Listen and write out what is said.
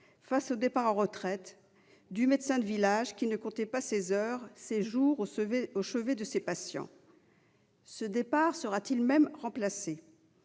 face au départ à la retraite du médecin du village qui ne comptait pas ses heures et ses jours au chevet de ses patients. Sera-t-il même remplacé ?